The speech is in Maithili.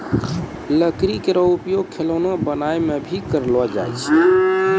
लकड़ी केरो उपयोग खिलौना बनाय म भी करलो जाय छै